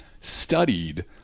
studied